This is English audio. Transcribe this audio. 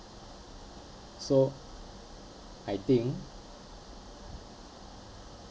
so I think